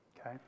okay